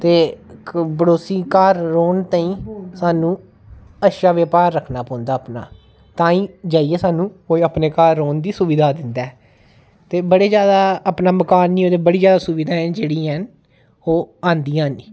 ते पड़ोसी घर रौह्न ताईं सानूं अच्छा व्यवहार रक्खना पौंदा अपना ताईं जाइयै सानूं कोई अपने घर रौह्न दी सुविधा दिंदा ऐ ते बड़े ज्यादा अपना मकान नेईं होऐ तां बड़ी ज्यादा सुविधां जेह्डियां न ओह् आंदियां न